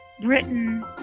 Britain